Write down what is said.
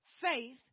Faith